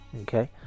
Okay